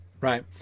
right